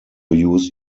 use